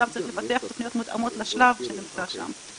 גם צריך לפתח תכניות מותאמות לשלב שזה נמצא שם.